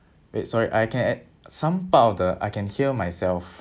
wait sorry I can add some part of the I can hear myself